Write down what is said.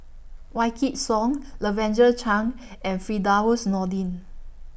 Wykidd Song Lavender Chang and Firdaus Nordin